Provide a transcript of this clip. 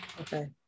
Okay